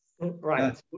right